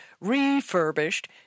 refurbished